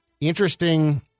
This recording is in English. interesting